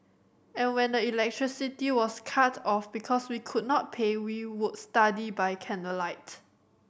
and when the electricity was cut off because we could not pay we would study by candlelight